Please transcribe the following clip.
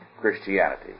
Christianity